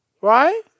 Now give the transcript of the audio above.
Right